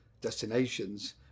destinations